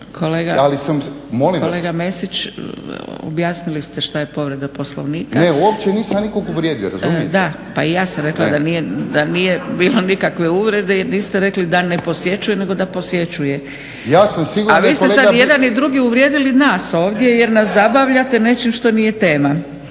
Kolega Mesić, objasnili ste šta je povreda Poslovnika. …/Upadica Mesić: Ne uopće nisam nikoga uvrijedio, razumijete?/… Da, pa i ja sam rekla da nije bilo nikakve uvrede jer niste rekli da ne posjećuje, nego da posjećuje. A vi ste sad jedan i drugi uvrijedili nas ovdje jer nas zabavljate nečim što nije tema.